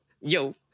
Yo